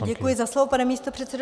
Děkuji za slovo, pane místopředsedo.